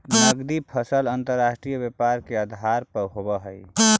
नगदी फसल अंतर्राष्ट्रीय व्यापार के आधार भी होवऽ हइ